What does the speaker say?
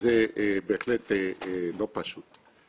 וזה בהחלט לא פשוט.